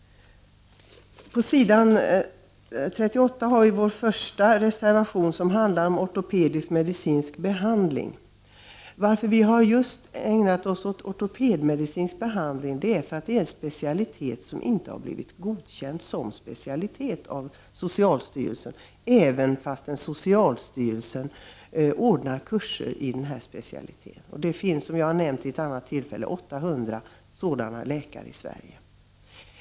På s. 38 har vi vår första reservation, som handlar om ortopedisk-medicinsk behandling. Anledningen till att vi har ägnat oss åt just ortopediskmedicinsk behandling är att detta är en specialitet som inte har blivit godkänd som specialitet av socialstyrelsen, fastän socialstyrelsen ordnar kurser i denna specialitet. Som jag har nämnt vid ett annat tillfälle finns det 800 sådana läkare i Sverige.